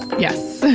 yes.